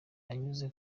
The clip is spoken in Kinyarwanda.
anyuze